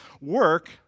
work